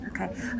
Okay